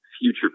future